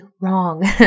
wrong